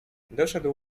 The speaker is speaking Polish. doszedł